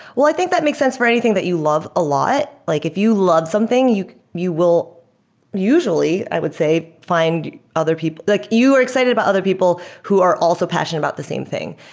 well, i think that makes sense for anything that you love a lot. like if you love something, you you will usually, i would say, find other people like you are excited about other people who are also passionate about the same thing.